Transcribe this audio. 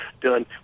done